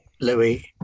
Louis